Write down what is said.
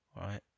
right